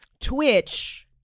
Twitch